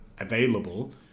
available